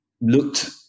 looked